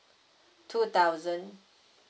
two thousand